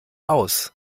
aus